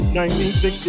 1960